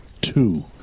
Two